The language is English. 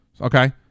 Okay